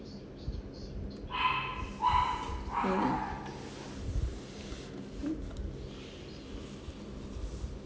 mm